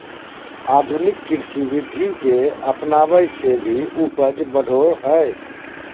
आधुनिक कृषि विधि के अपनाबे से भी उपज बढ़ो हइ